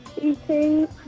Eating